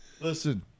Listen